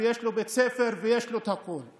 יש לו בית ספר ויש לו את הכול.